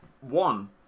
one